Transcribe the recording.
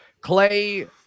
Clay